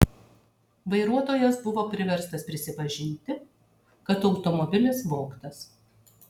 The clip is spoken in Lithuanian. vairuotojas buvo priverstas prisipažinti kad automobilis vogtas